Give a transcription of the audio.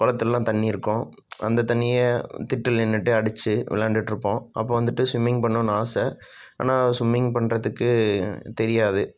குளத்துலல்லாம் தண்ணி இருக்கும் அந்தத் தண்ணியை திட்டில் நின்றுட்டே அடித்து விளாண்டுகிட்ருப்போம் அப்போ வந்துட்டு ஸ்விம்மிங் பண்ணணும்னு ஆசை ஆனால் ஸ்விம்மிங் பண்ணுறதுக்கு தெரியாது